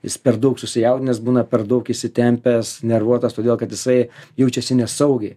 jis per daug susijaudinęs būna per daug įsitempęs nervuotas todėl kad jisai jaučiasi nesaugiai